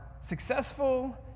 successful